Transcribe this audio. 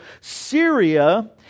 Syria